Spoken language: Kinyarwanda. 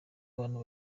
abantu